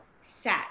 set